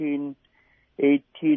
18